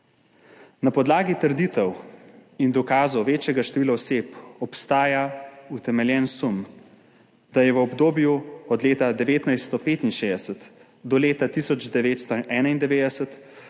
Na podlagi trditev in dokazov večjega števila oseb obstaja utemeljen sum, da je v obdobju od leta 1965 do leta 1991